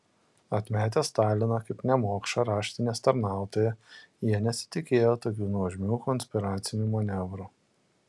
atmetę staliną kaip nemokšą raštinės tarnautoją jie nesitikėjo tokių nuožmių konspiracinių manevrų